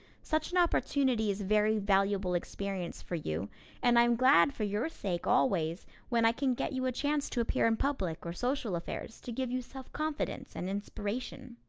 such an opportunity is very valuable experience for you and i am glad for your sake always when i can get you a chance to appear in public or social affairs, to give you self-confidence and inspiration.